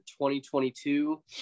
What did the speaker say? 2022